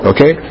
Okay